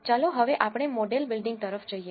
ચાલો હવે આપણે મોડેલ બિલ્ડિંગ તરફ જઈએ